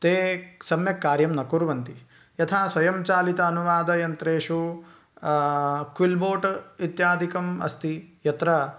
ते सम्यक् कार्यं न कुर्वन्ति यथा स्वयं चालितानुवादयन्त्रेषु क्विल्बोट् इत्यादिकम् अस्ति यत्र